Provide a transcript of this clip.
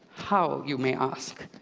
how, you may ask?